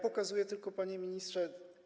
Pokazuję to tylko, panie ministrze.